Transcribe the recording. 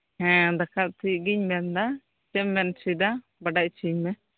ᱦᱮᱸ ᱫᱟᱠᱟ ᱩᱛᱩᱭᱮᱜ ᱜᱤᱭᱟᱹᱧ ᱢᱮᱱ ᱫᱟ ᱪᱮᱜ ᱮᱢ ᱢᱮᱱ ᱪᱚᱭᱫᱟ ᱵᱟᱰᱟᱭ ᱚᱪᱚᱧ ᱢᱮ